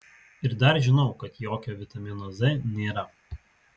ir dar žinau kad jokio vitamino z nėra